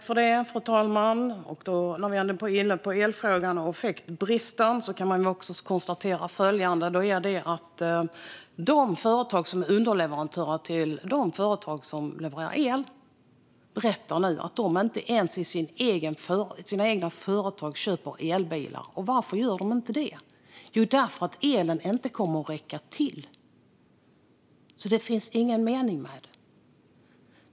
Fru talman! När vi ändå är inne på elfrågan och effektbristen kan jag konstatera att underleverantörer till de företag som levererar el berättar att de inte köper elbilar ens till sina egna företag. Varför gör de inte det? Jo, därför att elen inte kommer att räcka till. Det finns ingen mening med det.